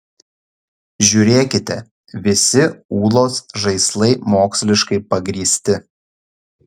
žiūrėkite visi ūlos žaislai moksliškai pagrįsti